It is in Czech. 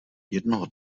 jednoho